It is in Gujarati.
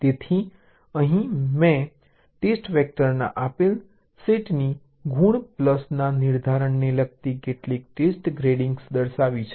તેથી અહીં મેં ટેસ્ટ વેક્ટરના આપેલ સેટની ગુણ પ્લસના નિર્ધારણને લગતી કેટલીક ટેસ્ટ ગ્રેડિંગ દર્શાવી છે